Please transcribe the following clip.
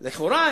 לכאורה,